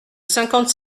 cinquante